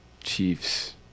Chiefs